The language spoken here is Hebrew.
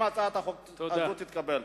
אם הצעת החוק הזאת תתקבל.